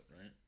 right